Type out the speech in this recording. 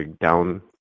down